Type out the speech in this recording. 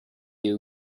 you